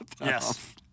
Yes